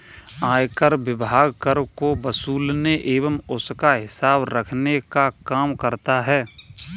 आयकर विभाग कर को वसूलने एवं उसका हिसाब रखने का काम करता है